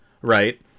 right